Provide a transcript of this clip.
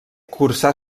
cursà